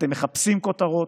אתם מחפשים כותרות,